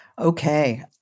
Okay